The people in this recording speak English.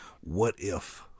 what-if